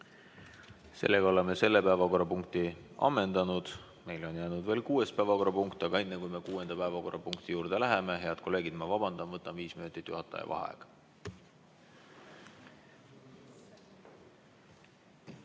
Sellega oleme selle päevakorrapunkti ammendanud. Meil on jäänud veel kuues päevakorrapunkt, aga enne kui me kuuenda päevakorrapunkti juurde läheme, head kolleegid, ma vabandan ja võtan viis minutit juhataja vaheaega.V